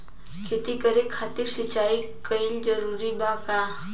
खेती करे खातिर सिंचाई कइल जरूरी बा का?